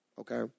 okay